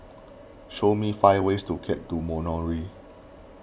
show me five ways to get to Moroni